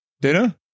Dinner